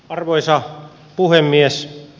arvoisa puhemies